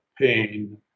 pain